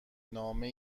نامه